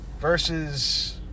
versus